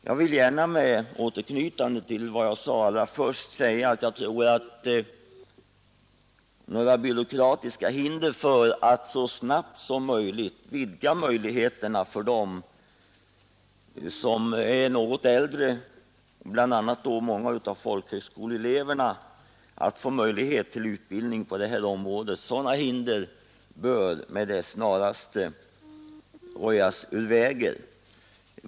Jag vill gärna med återknytande till vad jag sade allra först understryka, att de byråkratiska hindren för att vidga möjligheterna för dem som är något äldre, bl.a. många av folkhögskoleeleverna, till utbildning på det här området med det snaraste bör röjas ur vägen.